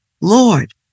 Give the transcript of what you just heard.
Lord